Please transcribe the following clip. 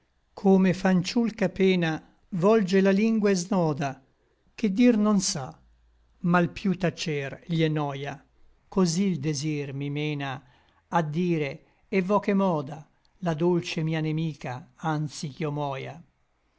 fanciul ch'a pena volge la lingua et snoda che dir non sa ma l piú tacer gli è noia così l desir mi mena a dire et vo che m'oda la dolce mia nemica anzi ch'io moia